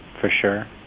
for sure.